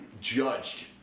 judged